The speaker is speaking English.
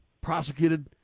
prosecuted